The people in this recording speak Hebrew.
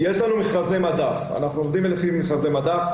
אנחנו עובדים לפי מכרזי מדף.